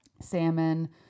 salmon